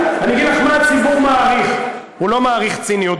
אני אגיד לך מה הציבור מעריך: הוא לא מעריך ציניות.